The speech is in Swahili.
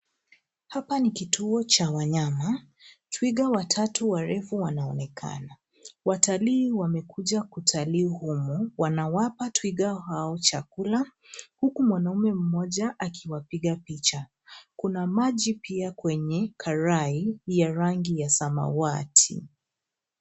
Hapa ni kituo cha wanyama. Twiga watatu warefu wanaonekana. Watalii wamekuja kutalii huku ,wanawapa twiga hao chakula huku mwanaume mmoja akiwapiga picha. Kuna maji pia kwenye karai ya rangi ya samawati.